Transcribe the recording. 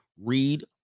Read